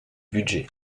budget